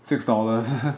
six dollars